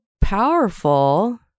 powerful